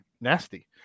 nasty